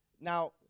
Now